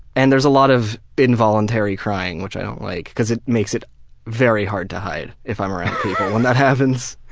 and there's a lot of involuntary crying, which i don't like cause it makes it very hard to hide if i'm around people when that happens.